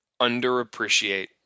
underappreciate